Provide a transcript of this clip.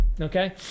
Okay